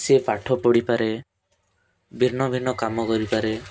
ସିଏ ପାଠ ପଢ଼ିପାରେ ଭିନ୍ନ ଭିନ୍ନ କାମ କରିପାରେ